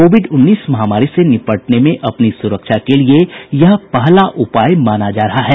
Covid उन्नीस महामारी से निपटने में अपनी सुरक्षा के लिए यह पहला उपाय माना जा रहा है